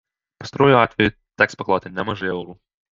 pastaruoju atveju teks pakloti nemažai eurų